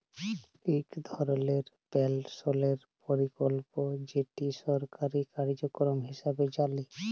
ইক ধরলের পেলশলের পরকল্প যেট সরকারি কার্যক্রম হিঁসাবে জালি